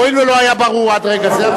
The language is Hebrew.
הואיל ולא היה ברור עד רגע זה,